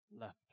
left